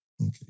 Okay